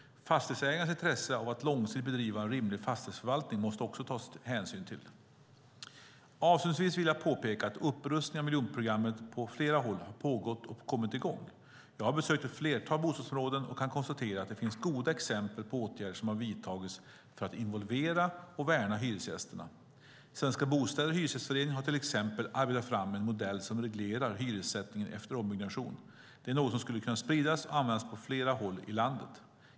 Fastighetsägarens intresse av att långsiktigt bedriva en rimlig fastighetsförvaltning måste också tas hänsyn till. Avslutningsvis vill jag påpeka att upprustningen av miljonprogrammet på flera håll har pågått och kommit igång. Jag har besökt ett flertal bostadsområden och kan konstatera att det finns goda exempel på åtgärder som har vidtagits för att involvera och värna hyresgästerna. Svenska Bostäder och Hyresgästföreningen har till exempel arbetat fram en modell som reglerar hyressättningen efter ombyggnation. Det är något som skulle kunna spridas och användas på flera håll i landet.